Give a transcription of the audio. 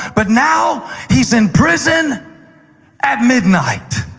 but now he's in prison at midnight